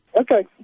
Okay